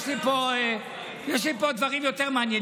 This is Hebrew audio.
יש לי פה דברים יותר מעניינים.